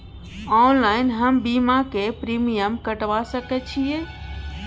Online हम बीमा के प्रीमियम कटवा सके छिए?